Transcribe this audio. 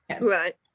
Right